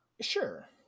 sure